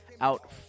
out